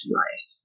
life